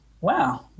wow